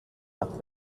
nach